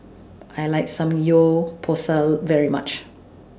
I like Samgyeopsal very much